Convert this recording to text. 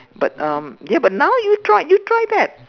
but um but ya now you try you try that